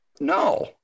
No